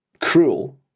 cruel